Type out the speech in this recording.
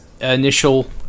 initial